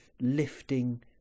lifting